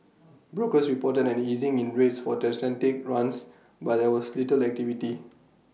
brokers reported an easing in rates for transatlantic runs but there was little activity